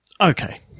Okay